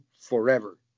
forever